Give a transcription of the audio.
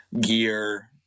gear